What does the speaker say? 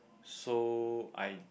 so I